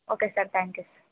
okay sir thank you sir